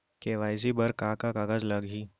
KYC बर का का कागज लागही?